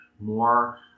more